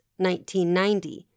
1990